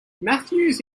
matthews